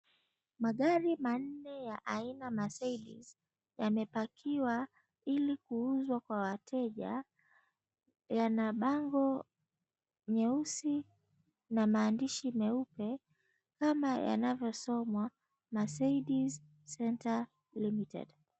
Magari manne ya aina ya Mercedes yamepakiwa ili kuuzwa kwa wateja. Yana bango nyeusi na maandishi meupe, kama yanavyosomwa, Mercedes Centre Limited.